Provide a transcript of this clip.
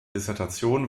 dissertation